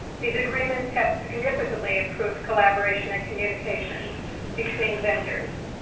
these agreements have significantly improved collaboration and communication between vendors.